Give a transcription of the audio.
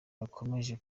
gakomeje